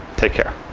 take care.